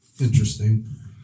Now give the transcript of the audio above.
interesting